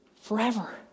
forever